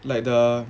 like the